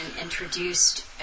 introduced